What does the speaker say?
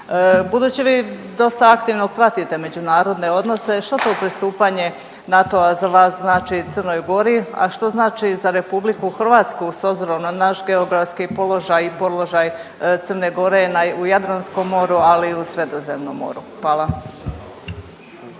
Budući vi dosta aktivno pratite međunarodne odnose, što to pristupanje NATO-a za vas znači Crnoj Gori, a što znači za RH s obzirom na naš geografski položaj i položaj Crne Gore u Jadranskom moru, ali i u Sredozemnom moru? Hvala.